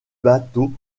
bateau